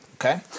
Okay